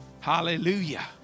Hallelujah